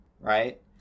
right